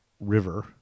River